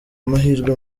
amahirwe